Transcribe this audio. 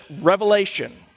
Revelation